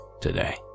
today